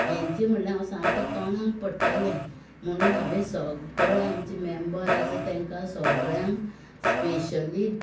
हांचे म्हळ्ळें हांव सामकें तोंडाक पडटलें म्हुणून हांवें सगळे आमचे मँबर आसा तांकां सगळ्यांक स्पेशली